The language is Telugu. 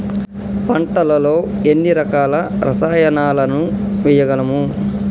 పంటలలో ఎన్ని రకాల రసాయనాలను వేయగలము?